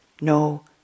no